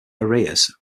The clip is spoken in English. arias